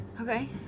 Okay